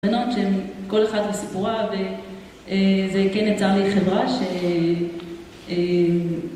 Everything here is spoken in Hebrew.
בנות שהן כל אחת לסיפורה, וזה כן יצר לי חברה ש...